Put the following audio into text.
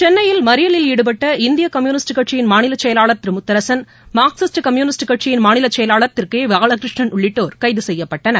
சென்னையில் மறியலில் ஈடுபட்ட இந்திய கம்யூனிஸ்ட் கட்சியின் மாநில செயலாளர் திரு முத்தரசன் மார்க்சிஸ்ட் கம்யூனிஸ்ட் கட்சியின் மாநிலச் செயலாளர் திரு கே பாலகிருஷ்ணன் உள்ளிட்டோர் கைது செய்யப்பட்டனர்